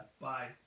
Bye